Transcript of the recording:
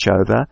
over